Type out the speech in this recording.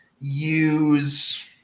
use